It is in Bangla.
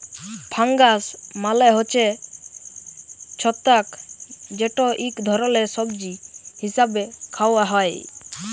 ফাঙ্গাস মালে হছে ছত্রাক যেট ইক ধরলের সবজি হিসাবে খাউয়া হ্যয়